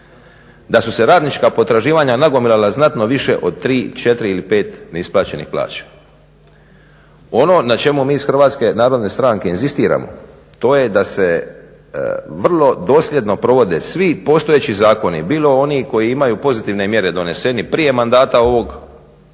da su se radnička potraživanja nagomilala znatno više od 3, 4 ili 5 neisplaćenih plaća. Ono na čemu mi iz Hrvatske narodne stranke inzistiramo to je da se vrlo dosljedno provode svi postojeći zakoni, bilo oni koji imaju pozitivne mjere doneseni prije mandata ovog saziva